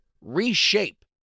reshape